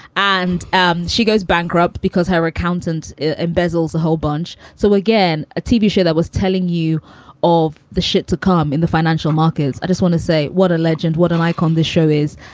and um she goes bankrupt because her accountant embezzles a whole bunch. so again, a tv show that was telling you of the shit to come in the financial markets. i just want to say what a legend, what an icon the show is